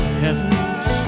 heavens